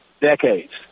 decades